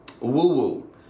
woo-woo